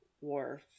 war